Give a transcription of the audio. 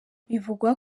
bivugwa